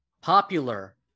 popular